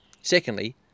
Secondly